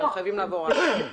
אנחנו חייבים לעבור הלאה.